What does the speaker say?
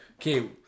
okay